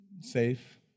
safe